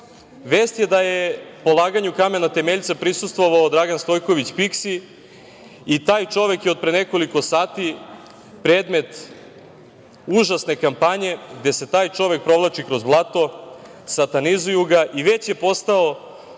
Vest je da je polaganju kamena temeljca prisustvovao Dragan Stojković Piksi, i taj čovek je od pre nekoliko sati predmet užasne kampanje, gde se taj čovek provlači kroz blato, satanizuju ga i već je postao